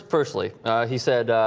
firstly he said ah.